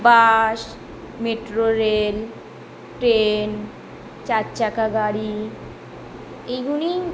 বাস metro rail train চারচাকা গাড়ি এগুলি